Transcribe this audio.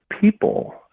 people